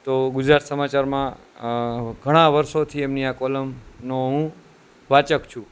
તો ગુજરાત સમાચારમાં ઘણા વર્ષોથી એમની આ કોલમનો હું વાચક છું